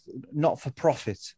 not-for-profit